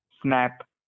Snap